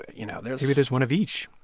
you know, there's. maybe there's one of each.